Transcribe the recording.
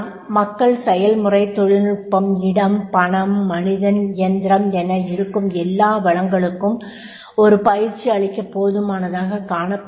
மக்கள் செயல்முறை தொழில்நுட்பம் இடம் பணம் மனிதன் இயந்திரம் என இருக்கும் எல்லா வளங்களும் ஒரு பயிற்சி அளிக்க போதுமானதாகக் காணப்படுமா